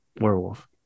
Werewolf